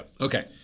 Okay